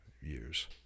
years